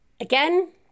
again